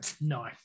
No